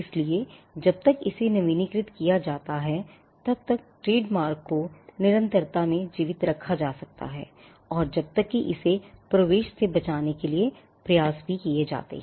इसलिए जब तक इसे नवीनीकृत किया जाता है तब तक एक ट्रेडमार्क को निरंतरता में जीवित रखा जा सकता है और जब तक कि इसे प्रवेश से बचाने के प्रयास भी किए जाते हैं